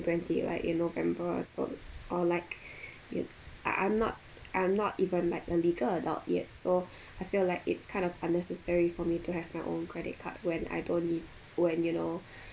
twenty like in november or so or like you I I'm not I'm not even like a legal adult yet so I feel like it's kind of unnecessary for me to have my own credit card when I don't need when you know